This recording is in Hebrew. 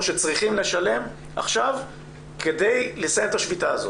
שצריכים לשלם עכשיו כדי לסיים את השביתה הזאת.